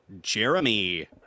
Jeremy